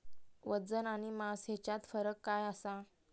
वजन आणि मास हेच्यात फरक काय आसा?